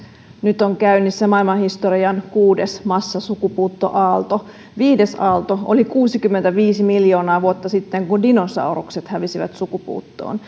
nyt on käynnissä maailmanhistorian kuudes massasukupuuttoaalto viides aalto oli kuusikymmentäviisi miljoonaa vuotta sitten kun dinosaurukset hävisivät sukupuuttoon